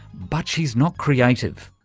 but she's not creative.